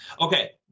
Okay